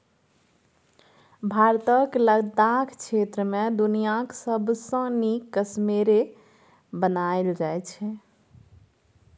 भारतक लद्दाख क्षेत्र मे दुनियाँक सबसँ नीक कश्मेरे बनाएल जाइ छै